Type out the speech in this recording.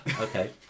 okay